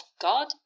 God